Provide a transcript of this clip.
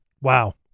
Wow